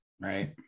right